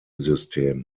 system